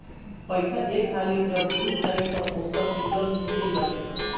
पईसा एक हाली जब डूब जाई तअ ओकर निकल मुश्लिक बाटे